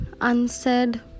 unsaid